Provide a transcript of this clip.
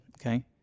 okay